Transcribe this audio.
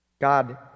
God